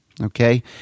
Okay